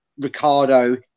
Ricardo